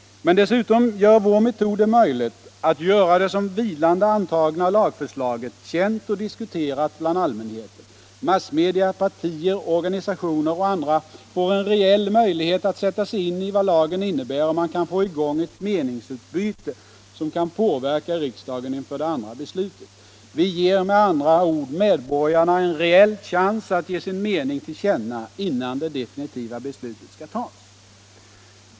Men dessutom gör vår metod det möjligt att göra det som vilande antagna lagförslaget känt och diskuterat bland allmänheten. Massmedia, partier, organisationer och andra får en reell möjlighet att sätta sig in i vad lagen innebär, och man kan få i gång ett meningsutbyte som kan påverka riksdagen inför det andra beslutet. Vi ger med andra ord medborgarna en reell chans att ge sin mening till känna innan det definitiva beslutet skall tas.